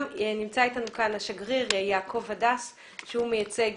נמצא אתנו כאן השגריר יעקב הדס שהוא ייצג